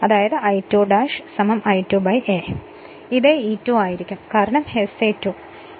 ഇതേ E2 ആയിരിക്കും കാരണം Sa2 SE1 ഇത് 1 1 ആണ്